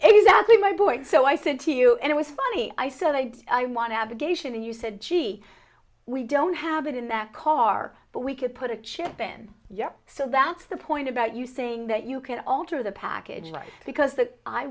exactly my boy so i said to you and it was funny i said i did i want abrogation and you said gee we don't have it in that car but we could put a chip in yep so that's the point about you saying that you can alter the package right because